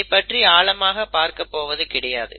இதைப்பற்றி ஆழமாக பார்க்க போவது கிடையாது